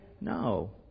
No